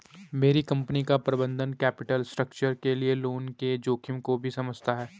मेरी कंपनी का प्रबंधन कैपिटल स्ट्रक्चर के लिए लोन के जोखिम को भी समझता है